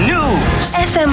News